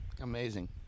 Amazing